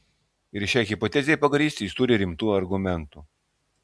ir šiai hipotezei pagrįsti jis turi rimtų argumentų